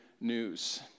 news